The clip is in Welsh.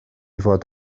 fod